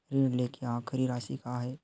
ऋण लेके आखिरी राशि का हे?